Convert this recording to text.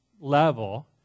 level